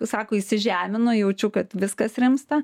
sako įsižemina jaučiu kad viskas rimsta